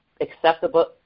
acceptable